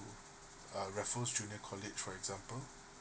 err raffles junior college for example